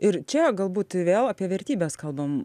ir čia galbūt vėl apie vertybes kalbam